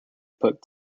put